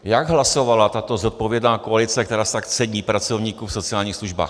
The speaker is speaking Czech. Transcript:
Jak hlasovala tato zodpovědná koalice, která si tak cení pracovníků v sociálních službách?